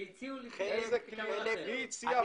מי הציע?